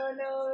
no